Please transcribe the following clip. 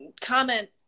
comment